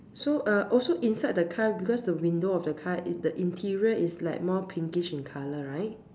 so uh also inside the car because the window of the car in the interior is like more pinkish in color right